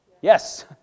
Yes